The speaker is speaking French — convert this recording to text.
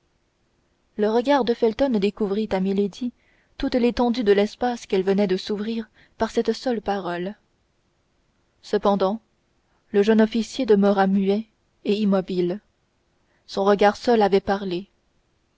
le regard de felton découvrit à milady toute l'étendue de l'espace qu'elle venait de s'ouvrir par cette seule parole cependant le jeune officier demeura muet et immobile son regard seul avait parlé